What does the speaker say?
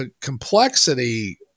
complexity